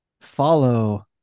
follow